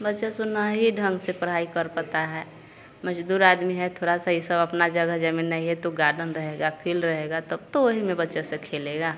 बच्चा सु ना ही ढंग से पराही कर पाता है मजदूर आदमी है थोड़ा सा ई सब अपना जगह जमीन नहीं है तो गार्डन रहेगा फील्ड रहेगा तब तो वही में बच्चा सब खेलेगा